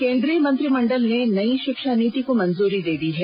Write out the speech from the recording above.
केंद्रीय मंत्रिमण्डल ने नई शिक्षा नीति को मंजूरी दे दी है